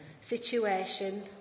situation